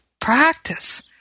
practice